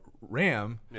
Ram